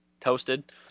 toasted